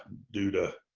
due to